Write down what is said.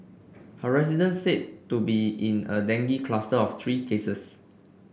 her residence said to be in a dengue cluster of three cases